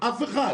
אף אחד.